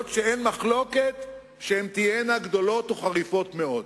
שאין מחלוקת שהן תהיינה גדולות או חריפות מאוד.